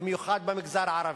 במיוחד במגזר הערבי.